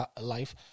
life